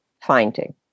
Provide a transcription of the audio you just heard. finding